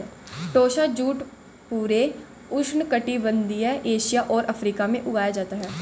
टोसा jute पूरे उष्णकटिबंधीय Asia और अफ्रीका में उगाया जाता है